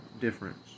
difference